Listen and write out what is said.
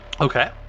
Okay